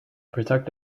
protect